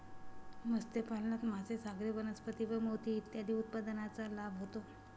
मत्स्यपालनात मासे, सागरी वनस्पती व मोती इत्यादी उत्पादनांचा लाभ होतो